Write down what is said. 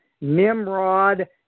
Nimrod